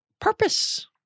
purpose